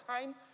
time